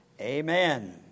amen